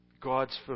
God's